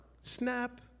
snap